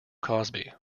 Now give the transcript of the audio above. cosby